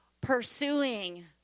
Pursuing